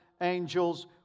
angels